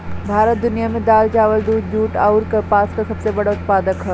भारत दुनिया में दाल चावल दूध जूट आउर कपास का सबसे बड़ा उत्पादक ह